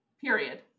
Period